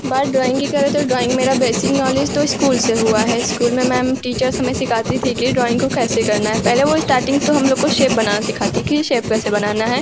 बात ड्रॉइंग की करें तो ड्रॉइंग मेरा बेसिक नॉलेज तो स्कूल से हुआ है स्कूल में मैम टीचर्स हमें सिखाती थी कि ड्रॉइंग को कैसे करना है पहले वो स्टार्टिंग तो हम लोग को शेप बनाना सिखाती कि शेप कैसे बनाना है